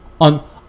on